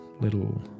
little